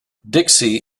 dixie